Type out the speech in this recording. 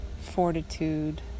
fortitude